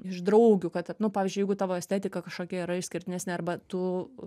iš draugių kad nu pavyzdžiui jeigu tavo estetika kažkokia yra išskirtinesnė arba tu